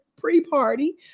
pre-party